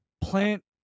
plant